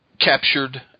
captured